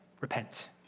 Repent